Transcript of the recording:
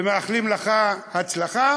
ומאחלים לך הצלחה.